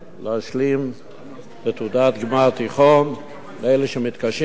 להשלים תעודת גמר תיכון לאלה שמתקשים בכך.